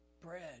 Bread